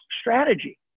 strategy